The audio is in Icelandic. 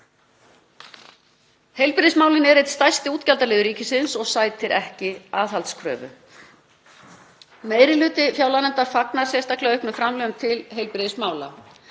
Heilbrigðismálin eru einn stærsti útgjaldaliður ríkisins og hann sætir ekki aðhaldskröfu. Meiri hluti fjárlaganefndar fagnar sérstaklega auknum framlögum til heilbrigðismála.